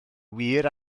wir